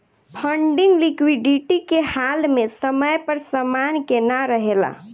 funding liquidity के हाल में समय पर समान के ना रेहला